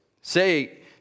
say